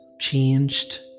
changed